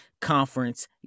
conference